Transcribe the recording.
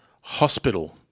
Hospital